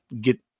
get